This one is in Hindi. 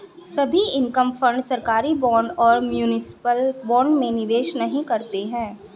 सभी इनकम फंड सरकारी बॉन्ड और म्यूनिसिपल बॉन्ड में निवेश नहीं करते हैं